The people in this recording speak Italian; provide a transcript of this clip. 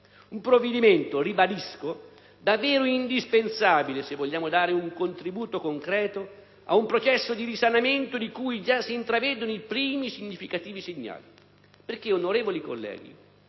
Un provvedimento, ribadisco, davvero indispensabile se vogliamo dare un contributo concreto ad un processo di risanamento di cui già si intravedono i primi significativi segnali. Perché, onorevoli colleghi,